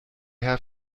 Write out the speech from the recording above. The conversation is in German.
herr